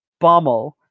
Bommel